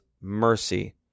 mercy